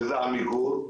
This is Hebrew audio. שזה "עמיגור",